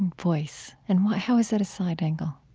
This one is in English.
voice? and how is that a side angle,